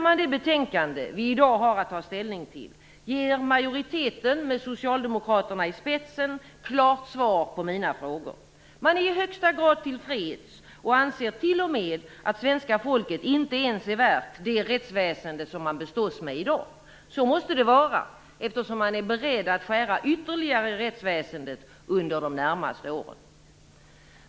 I det betänkande vi i dag har att ta ställning till ger majoriteten med socialdemokraterna i spetsen ett klart svar på mina frågor. Man är i högsta grad tillfreds och anser t.o.m. att svenska folket inte ens är värt det rättsväsende som vi bestås med i dag. Så måste det vara, eftersom man är beredd att skära ytterligare i rättsväsendet under de närmaste åren.